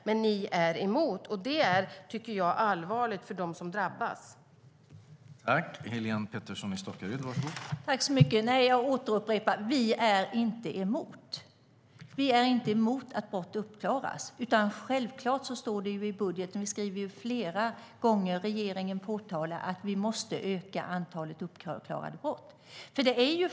Men ni är emot, och det är allvarligt för dem som drabbas.